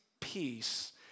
peace